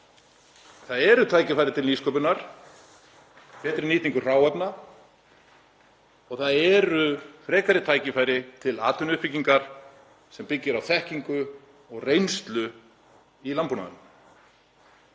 Það eru tækifæri til nýsköpunar, betri nýtingu á hráefni og það eru frekari tækifæri til atvinnuuppbyggingar sem byggir á þekkingu og reynslu í landbúnaðinum.